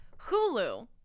Hulu